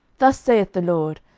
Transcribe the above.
thus saith the lord,